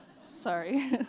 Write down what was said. Sorry